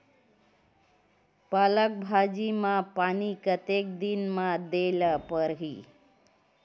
पालक भाजी म पानी कतेक दिन म देला पढ़ही?